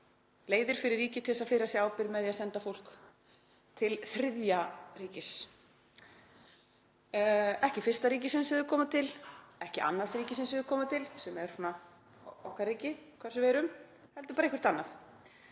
leiðir fyrir ríkið til að firra sig ábyrgð með því að senda fólk til þriðja ríkis. Ekki fyrsta ríkisins sem fólk kom til, ekki annars ríkisins sem fólk kom til, sem er svona okkar ríki hvar sem við erum, heldur bara allt annars